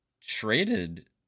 traded